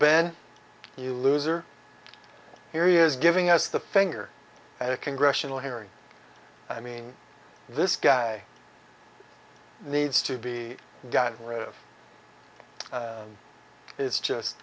ben you loser here he is giving us the finger at a congressional hearing i mean this guy needs to be gotten rid of it's just